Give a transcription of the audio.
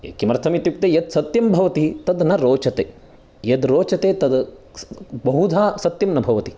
किमर्थम् इत्युक्ते यत् सत्यं भवति तद् न रोचते यद्रोचते तद् बहुधा सत्यं न भवति